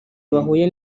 bahuye